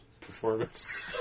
performance